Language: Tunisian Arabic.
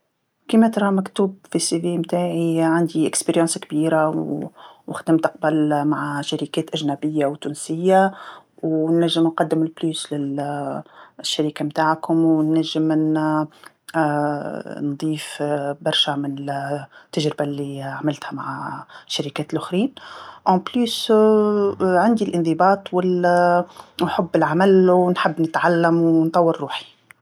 كيما تراه مكتوب في السي في متاعي عندي خبره كبيره و- وخدمت قبل مع شركات أجنبية وتونسيه، ونجم نقدم إضافه لل-للشركة متاعكم ونجم ن- نضيف برشا من التجربة لي عملتها مع الشركات لوخرين، زيادة إلى ذلك عندي الإنضباط وال- وحب العمل ونحب نتعلم ونطور روحي.